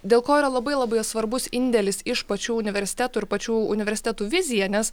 dėl ko yra labai labai svarbus indėlis iš pačių universitetų ir pačių universitetų vizija nes